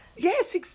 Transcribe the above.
yes